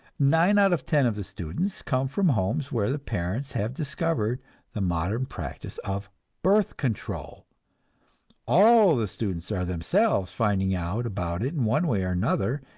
nine out of ten of the students come from homes where the parents have discovered the modern practice of birth control all the students are themselves finding out about it in one way or another,